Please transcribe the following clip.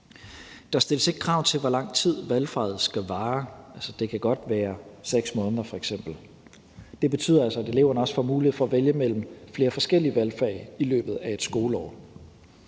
Der stilles ikke krav til, hvor lang tid valgfaget skal vare, det kan altså godt være f.eks. 6 måneder. Det betyder altså, at eleverne også får mulighed for at vælge mellem flere forskellige valgfag i løbet af et skoleår.